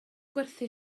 gwerthu